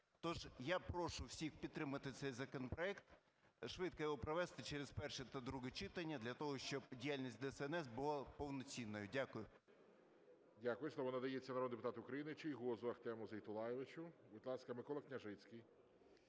Тож, я прошу всіх підтримати цей законопроект, швидко його провести через перше та друге читання для того, щоб діяльність ДСНС була повноцінною. Дякую. ГОЛОВУЮЧИЙ. Дякую. Слово надається народному депутату України Чийгозу Ахтему Зейтуллайовичу. Будь ласка, Микола Княжицький.